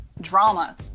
drama